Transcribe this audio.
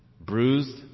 bruised